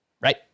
right